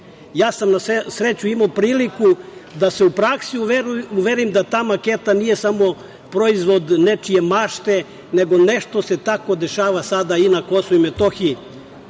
Ja sam na sreću imao priliku da se u praksi uverim da ta maketa nije samo proizvod nečije mašte, nego nešto se tako dešava sada i na KiM.Pre